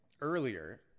earlier